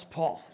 Paul